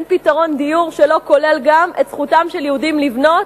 אין פתרון דיור שלא כולל גם את זכותם של יהודים לבנות